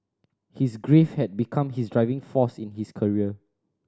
his grief had become his driving force in his career